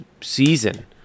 season